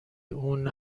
اون